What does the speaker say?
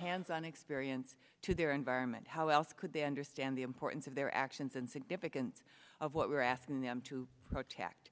hands on experience to their environment how else could they understand the importance of their actions and significance of what we're asking them to protect